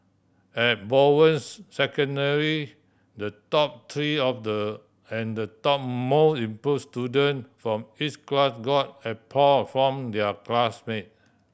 at Bowen's Secondary the top three of the and the top most improve student from each class got applause from their classmate